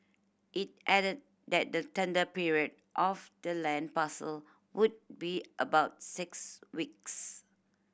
it added that the tender period for the land parcel would be about six weeks